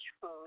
food